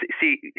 see